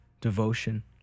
devotion